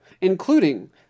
including